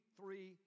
three